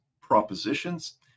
propositions